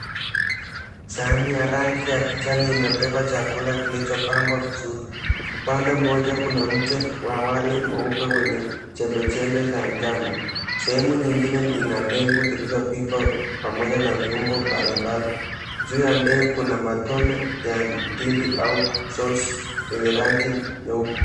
Sahani ya rangi ya kijani imebeba chakula kilichopangwa vizuri upande moja kuna mchele ama wali mweupe wenye chembechembe za njano, sehemu nyingine ina ndengu zilizopikwa pamoja na viungo mbalimbali, juu ya ndengu kuna matone ya ndindi au sauce yenye rangi nyeupe.